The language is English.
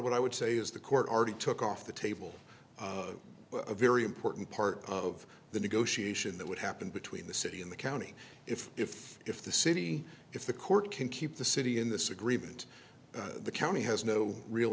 what i would say is the court already took off the table a very important part of the negotiation that would happen between the city in the county if if if the city if the court can keep the city in this agreement the county has no real